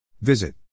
Visit